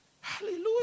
hallelujah